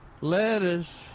lettuce